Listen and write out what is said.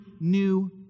new